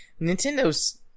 Nintendo's